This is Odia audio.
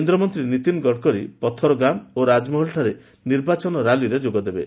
କେନ୍ଦ୍ରମନ୍ତ୍ରୀ ନୀତିନ ଗଡ଼କରୀ ପଥରଗାମ୍ ଏବଂ ରାଜମହଲଠାରେ ନିର୍ବାଚନ ର୍ୟାଲିରେ ଯୋଗଦେବେ